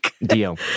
Deal